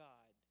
God